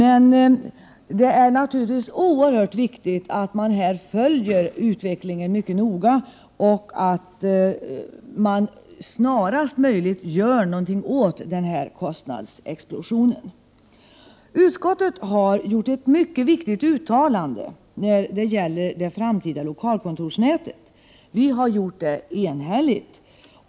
Emellertid är det naturligtvis oerhört viktigt att man här följer utvecklingen mycket noga och att man snarast gör någonting åt kostnadsexplosionen. Utskottet har gjort ett mycket viktigt uttalande när det gäller det framtida lokalkontorsnätet och gjort det enhälligt.